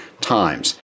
times